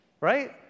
right